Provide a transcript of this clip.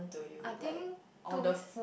I think to